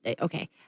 Okay